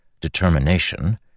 determination